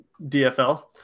DFL